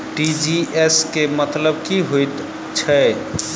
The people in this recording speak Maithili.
टी.जी.एस केँ मतलब की हएत छै?